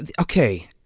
Okay